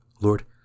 Lord